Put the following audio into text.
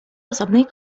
osobnej